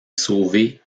sauver